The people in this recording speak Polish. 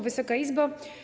Wysoka Izbo!